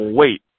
wait